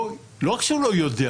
לא רק שהוא לא יודע,